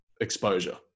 exposure